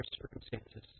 circumstances